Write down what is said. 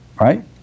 right